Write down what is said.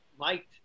liked